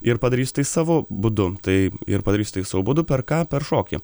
ir padarysiu tai savo būdu tai ir padarysiu tai savo būdu per ką per šokį